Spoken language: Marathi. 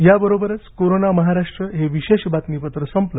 याबरोबरच कोरोना महाराष्ट्र हे विशेष बातमीपत्र संपलं